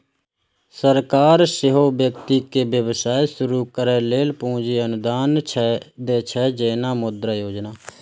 सरकार सेहो व्यक्ति कें व्यवसाय शुरू करै लेल पूंजी अनुदान दै छै, जेना मुद्रा योजना